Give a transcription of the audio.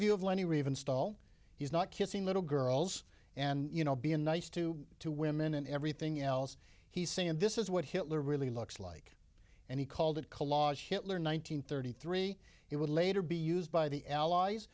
view of lenny riefenstahl he's not kissing little girls and you know being nice to two women and everything else he's saying this is what hitler really looks like and he called it collage hitler in one nine hundred thirty three it would later be used by the allies